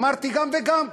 אמרתי: גם וגם.